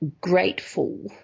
grateful